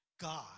God